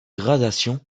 gradation